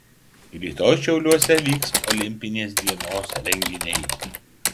rytoj šiauliuose vyks olimpinės dienos renginiai